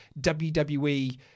wwe